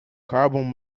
carbon